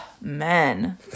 men